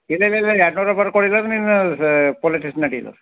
ಇಲ್ಲ ಇಲ್ಲ ಇಲ್ಲ ಇಲ್ಲ ಎರಡು ನೂರ ರೂಪಾಯಾರ ಕೊಡಿ ಇಲ್ಲಾರ ನೀನು ಸ ಪೋಲೀಸ್ ಸ್ಟೇಷನ್ ನಡಿ ಇಲ್ಲರ